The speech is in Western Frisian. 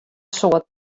soart